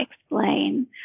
explain